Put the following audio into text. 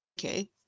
okay